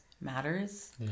matters